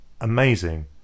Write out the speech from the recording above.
amazing